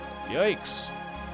Yikes